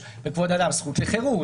יש בכבוד האדם זכות לחירות,